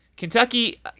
Kentucky